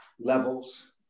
levels